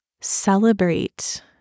Celebrate